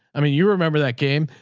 i mean, you remember that game.